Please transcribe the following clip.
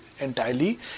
entirely